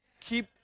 Keep